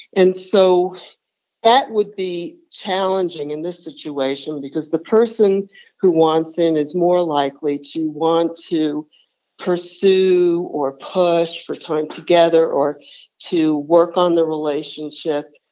and so that would be challenging in this situation because the person who wants in is more likely to want to pursue or push for time together or to work on the relationship,